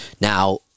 Now